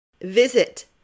Visit